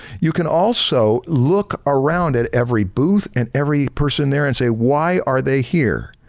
you can also look around at every booth and every person there and say why are they here?